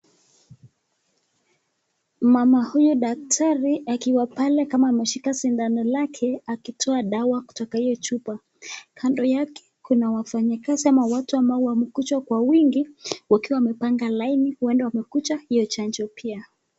Mama huyu daktari akiwa pale kama ameshika sindano lake, akitoa dawa kutoka hiyo chupa. Kando yake kuna wafanyikazi ama watu ambao wamekuja kwa wingi wakiwa wamepanga laini, huenda wamekuja hiyo chanjo pia.